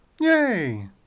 Yay